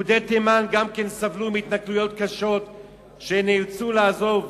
גם יהודי תימן סבלו מהתנכלויות קשות ונאלצו לעזוב,